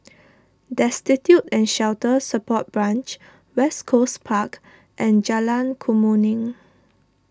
Destitute and Shelter Support Branch West Coast Park and Jalan Kemuning